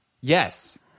yes